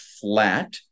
flat